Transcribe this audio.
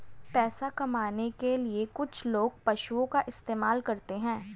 पैसा कमाने के लिए कुछ लोग पशुओं का इस्तेमाल करते हैं